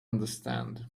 understand